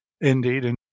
Indeed